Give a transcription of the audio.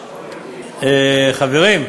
חברים,